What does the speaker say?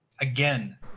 AGAIN